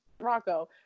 Rocco